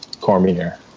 Cormier